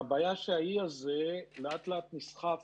והבעיה שהאי הזה לאט-לאט נסחף